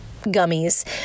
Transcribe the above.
gummies